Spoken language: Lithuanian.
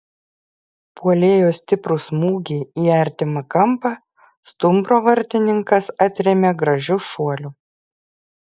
puolėjo stiprų smūgį į artimą kampą stumbro vartininkas atrėmė gražiu šuoliu